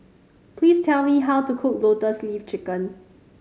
please tell me how to cook Lotus Leaf Chicken